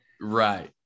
Right